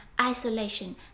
isolation